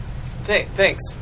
thanks